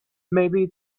maybe